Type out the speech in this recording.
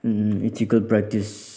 ethical practice